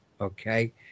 okay